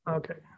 okay